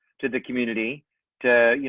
to the community to, you